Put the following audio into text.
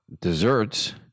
desserts